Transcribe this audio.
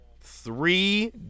three